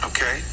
Okay